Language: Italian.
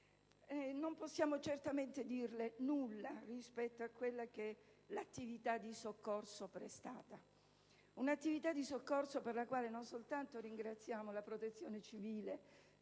non possiamo certamente dirle nulla rispetto all'attività di soccorso prestata; un'attività per la quale non soltanto ringraziamo la Protezione civile,